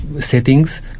settings